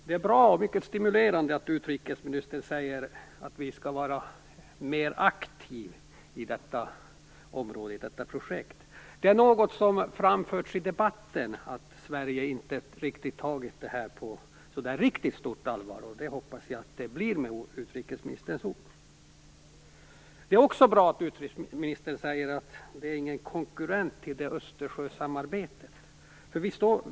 Fru talman! Det är bra och mycket stimulerande att utrikesministern säger att vi skall vara mer aktiva i detta område, i detta projekt. Det har framförts i debatten att Sverige inte riktigt har tagit det här på stort allvar, men jag hoppas att det nu blir så efter utrikesministerns ord. Det är också bra att utrikesministern säger att Barentssamarbetet inte är någon konkurrent till Östersjösamarbetet.